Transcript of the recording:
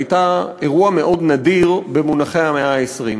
הייתה אירוע מאוד נדיר במונחי המאה ה-20.